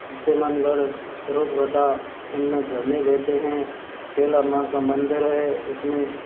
तिमण गढ़ ध्रुव घटा इन में झरने बहते हैं कैला माँ का मंदिर है इस में